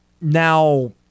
Now